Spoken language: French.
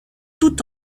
tout